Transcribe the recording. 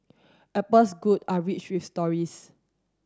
apple's good are rich with stories